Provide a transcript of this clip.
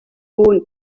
borne